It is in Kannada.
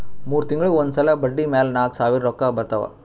ಮೂರ್ ತಿಂಗುಳಿಗ್ ಒಂದ್ ಸಲಾ ಬಡ್ಡಿ ಮ್ಯಾಲ ನಾಕ್ ಸಾವಿರ್ ರೊಕ್ಕಾ ಬರ್ತಾವ್